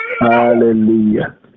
Hallelujah